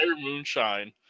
moonshine